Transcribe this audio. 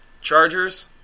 Chargers